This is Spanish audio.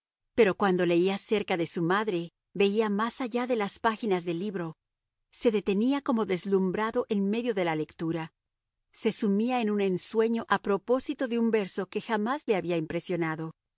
pero cuando leía cerca de su madre veía más allá de las páginas del libro se detenía como deslumbrado en medio de la lectura se sumía en un ensueño a propósito de un verso que jamás le había impresionado